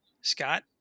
Scott